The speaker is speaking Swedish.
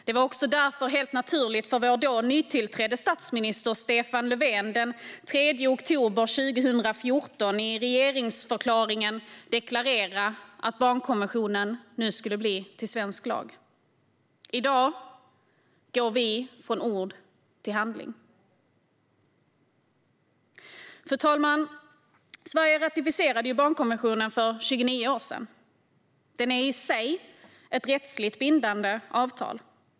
Det var också därför helt naturligt för vår då nytillträdde statsminister Stefan Löfven att den 3 oktober 2014 i regeringsförklaringen deklarera att barnkonventionen nu skulle bli svensk lag. I dag går vi från ord till handling. Fru talman! Sverige ratificerade barnkonventionen för 29 år sedan. Den är i sig ett rättsligt bindande avtal.